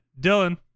Dylan